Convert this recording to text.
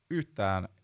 yhtään